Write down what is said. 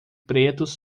pretos